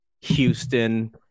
Houston